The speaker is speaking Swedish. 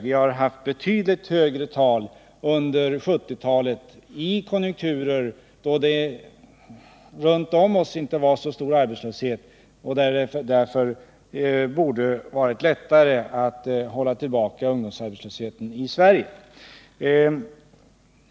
Vi har haft betydligt högre tal under 1970-talet i konjunkturer, då det runt om oss inte var så stor arbetslöshet och det därför borde ha varit lättare att hålla tillbaka ungdomsarbetslösheten i Sverige.